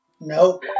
Nope